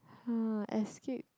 !huh! escape